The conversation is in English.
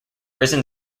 risen